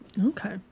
Okay